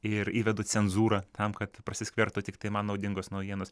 ir įvedu cenzūrą tam kad prasiskverbtų tiktai man naudingos naujienos